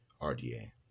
rda